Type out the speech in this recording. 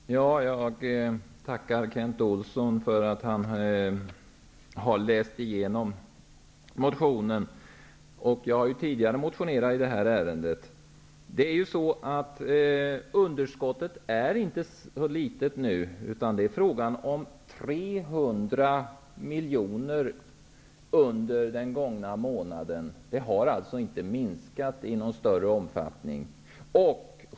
Herr talman! Jag tackar Kent Olsson för att han har läst motionen. Jag har tidigare motionerat i det här ärendet. Underskottet är inte så litet, utan det är fråga om 300 miljoner under den gångna månaden. Underskottet har alltså inte minskat i någon större omfattning.